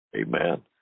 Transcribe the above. Amen